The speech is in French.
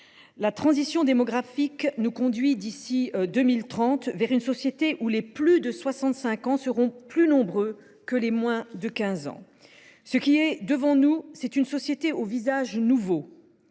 la transition démographique nous conduit d’ici à 2030 vers une société où les plus de 65 ans seront plus nombreux que les moins de 15 ans. Ce qui est devant nous, c’est une société au visage nouveau